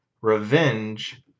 Revenge